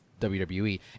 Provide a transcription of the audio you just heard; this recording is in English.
WWE